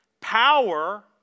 Power